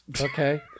okay